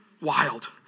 Wild